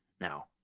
Now